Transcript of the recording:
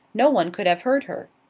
no one could have heard her.